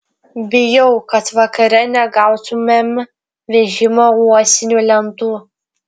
bijau kad vakare negautumėm vežimo uosinių lentų